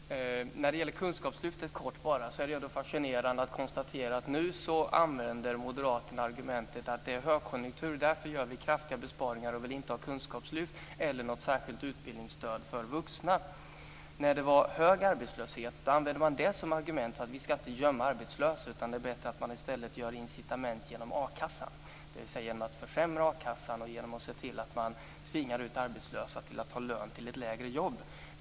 Fru talman! När det gäller Kunskapslyftet är det fascinerande att konstatera att moderaterna nu använder argumentet att det är högkonjunktur. Därför gör de kraftiga besparingar och vill inte ha kunskapslyft eller något särskilt utbildningsstöd för vuxna. När det var hög arbetslöshet använde man det som argument, dvs. att inte gömma arbetslösa utan i stället ha incitament genom a-kassan. Alltså ska a-kassan försämras och arbetslösa ska tvingas till att ta jobb till en lägre lön.